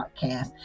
podcast